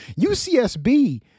ucsb